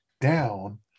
down